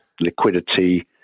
liquidity